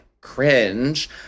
cringe